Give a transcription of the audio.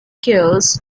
kills